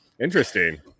interesting